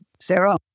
Sarah